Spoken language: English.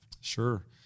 Sure